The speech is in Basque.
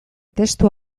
testu